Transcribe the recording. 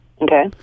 Okay